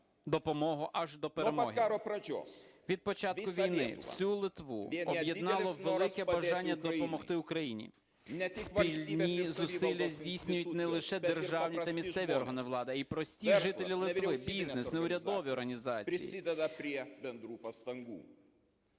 допомогу аж до перемоги. Від початку війни всю Литву об'єднало велике бажання допомогти Україні. Спільні зусилля здійснюють не лише державні та місцеві органи влади, а й прості жителі Литви, бізнес, неурядові організації.